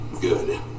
Good